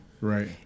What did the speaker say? Right